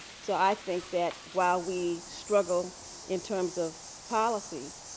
so i think that while we struggle in terms of policies,